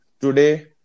Today